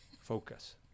Focus